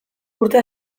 urte